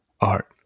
art